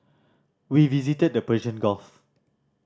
we visited the Persian Gulf